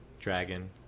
dragon